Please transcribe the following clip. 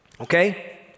Okay